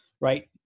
right